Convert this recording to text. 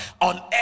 on